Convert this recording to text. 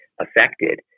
affected